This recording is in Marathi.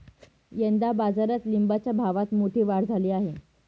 यंदा बाजारात लिंबाच्या भावात मोठी वाढ झाली आहे